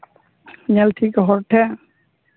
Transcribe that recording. ᱧᱮᱞ ᱴᱷᱤᱠ ᱦᱚᱲ ᱴᱷᱮᱱ